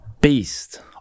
beast